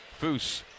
Foose